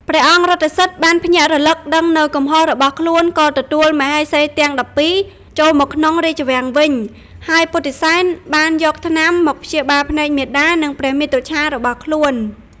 ព្រះអង្គរថសិទ្ធិបានភ្ញាក់រលឹកដឹងនូវកំហុសរបស់ខ្លួន ក៏ទទួលមហេសីទាំង១២ចូលមកក្នុងរាជវាំងវិញ ហើយពុទ្ធិសែនបានយកថ្នាំមកព្យាបាលភ្នែកមាតា និងព្រះមាតុច្ឆារបស់ខ្លួន។